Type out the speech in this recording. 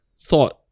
thought